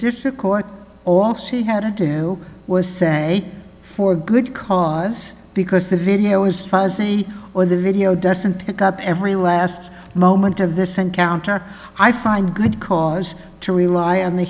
difficult all she had to do was say for good cause because the video is fuzzy or the video doesn't pick up every last moment of this encounter i find good cause to rely on the